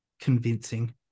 convincing